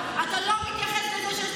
שלא קיימים בשום מקום בעולם.